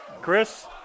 chris